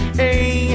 hey